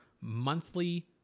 monthly